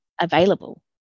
available